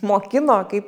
mokino kaip